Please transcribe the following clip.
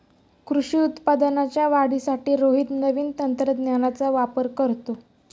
कृषी उत्पादनाच्या वाढीसाठी रोहित नवीन तंत्रज्ञानाचा वापर करतो